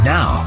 Now